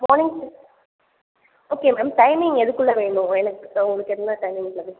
morning okay ma'am timing எதுக்குள்ளே வேணும் எனக்கு உங்களுக்கு என்ன டைமிங்கில் வேணும்